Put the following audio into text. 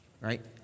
right